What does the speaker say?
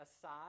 aside